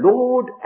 Lord